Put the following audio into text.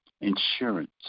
insurance